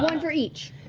um for each.